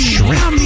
Shrimp